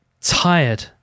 tired